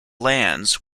lands